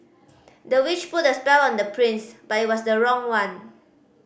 the witch put a spell on the prince but it was the wrong one